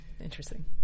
Interesting